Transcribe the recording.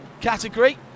category